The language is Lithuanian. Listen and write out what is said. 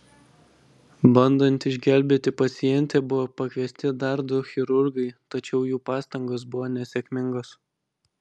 bandant išgelbėti pacientę buvo pakviesti dar du chirurgai tačiau jų pastangos buvo nesėkmingos